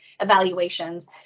evaluations